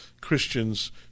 Christians